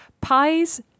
pies